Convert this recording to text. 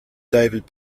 david